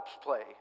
play